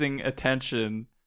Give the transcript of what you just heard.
attention